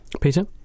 Peter